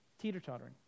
teeter-tottering